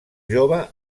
jove